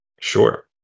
Sure